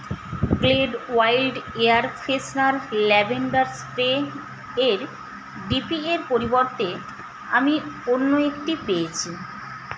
Glade wild air freshener lavender স্প্রের ডিপি এর পরিবর্তে আমি অন্য একটি পেয়েছি